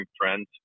friends